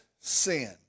sin